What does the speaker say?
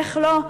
איך לא,